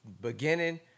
beginning